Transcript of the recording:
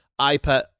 ipad